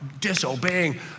disobeying